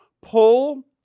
pull